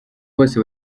bose